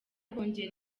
kongera